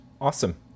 Awesome